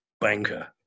banker